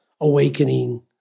awakening